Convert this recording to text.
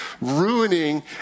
ruining